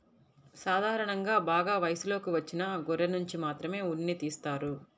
సాధారణంగా బాగా వయసులోకి వచ్చిన గొర్రెనుంచి మాత్రమే ఉన్నిని తీస్తారు